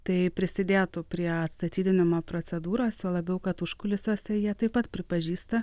tai prisidėtų prie atstatydinimo procedūros juo labiau kad užkulisiuose jie taip pat pripažįsta